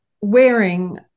wearing